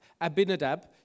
Abinadab